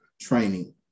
training